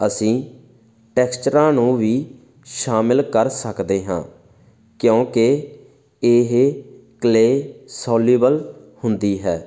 ਅਸੀਂ ਟੈਕਸਚਰਾਂ ਨੂੰ ਵੀ ਸ਼ਾਮਿਲ ਕਰ ਸਕਦੇ ਹਾਂ ਕਿਉਂਕਿ ਇਹ ਕਲੇ ਸੋਲਿਉਬਲ ਹੁੰਦੀ ਹੈ